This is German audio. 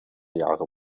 jahre